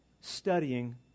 studying